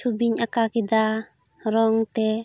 ᱪᱷᱩᱵᱤᱧ ᱟᱸᱠᱟᱣ ᱠᱮᱫᱟ ᱨᱚᱝ ᱛᱮ